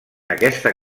aquesta